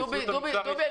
דובי,